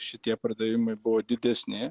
šitie pardavimai buvo didesni